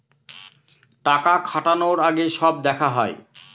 টাকা খাটানোর আগে সব দেখা হয়